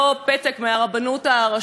וזאת חובה לבוא ולטבול,